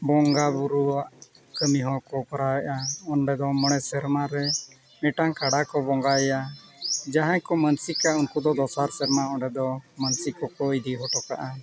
ᱵᱚᱸᱜᱟ ᱵᱩᱨᱩᱣᱟᱜ ᱠᱟᱹᱢᱤ ᱦᱚᱸᱠᱚ ᱠᱚᱨᱟᱣᱮᱜᱼᱟ ᱚᱸᱰᱮ ᱫᱚ ᱢᱚᱬᱮ ᱥᱮᱨᱢᱟ ᱨᱮ ᱢᱤᱫᱴᱟᱝ ᱠᱟᱰᱟ ᱠᱚ ᱵᱚᱸᱜᱟᱭᱮᱭᱟ ᱡᱟᱦᱟᱸᱭ ᱠᱚ ᱢᱟᱹᱱᱥᱤᱠᱟ ᱩᱱᱠᱩ ᱫᱚ ᱫᱚᱥᱟᱨ ᱥᱮᱨᱢᱟ ᱚᱸᱰᱮ ᱫᱚ ᱢᱟᱹᱱᱥᱤᱠ ᱠᱚ ᱠᱚ ᱤᱫᱤ ᱦᱚᱴᱚ ᱠᱟᱜᱼᱟ